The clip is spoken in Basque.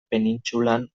penintsulan